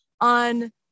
on